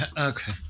Okay